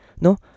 No